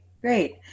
Great